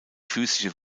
physische